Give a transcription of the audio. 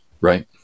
Right